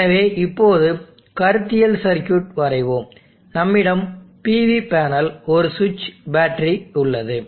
எனவே இப்போது கருத்தியல் சர்க்யூட் வரைவோம் நம்மிடம் PV பேனல் ஒரு சுவிட்ச் பேட்டரி உள்ளது